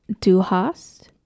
Duhast